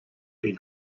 been